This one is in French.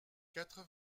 quatre